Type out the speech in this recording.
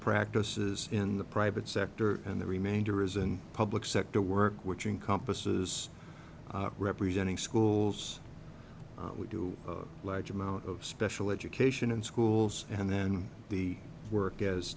practices in the private sector and the remainder is in public sector work which in compas is representing schools we do a large amount of special education in schools and then the work as